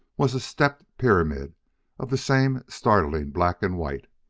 was a stepped pyramid of the same startling black and white.